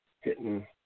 hitting